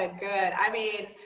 ah good. i mean,